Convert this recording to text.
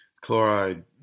Chloride